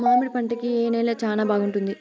మామిడి పంట కి ఏ నేల చానా బాగుంటుంది